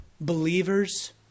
believers